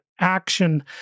action